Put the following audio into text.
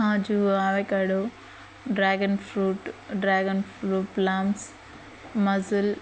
kaju avocado dragon fruit dragon fruit plums muscle